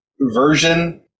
version